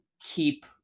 keep